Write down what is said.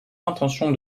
intention